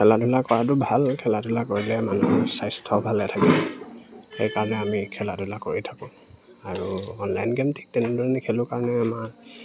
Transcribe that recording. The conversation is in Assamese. খেলা ধূলা কৰাটো ভাল খেলা ধূলা কৰিলে মানুহৰ স্বাস্থ্য ভালে থাকে সেইকাৰণে আমি খেলা ধূলা কৰি থাকোঁ আৰু অনলাইন গেম ঠিক তেনেধৰণে নেখেলো কাৰণে আমাৰ